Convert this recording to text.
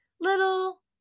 little